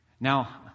Now